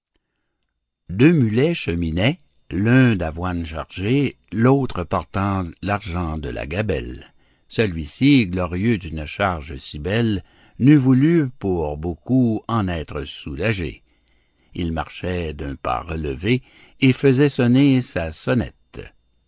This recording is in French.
deux mulets cheminaient l'un d'avoine chargé l'autre portant l'argent de la gabelle celui-ci glorieux d'une charge si belle n'eût voulu pour beaucoup en être soulagé il marchait d'un pas relevé et faisait sonner sa sonnette